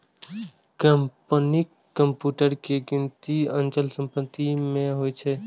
कंपनीक कंप्यूटर के गिनती अचल संपत्ति मे होइ छै